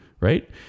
right